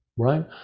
right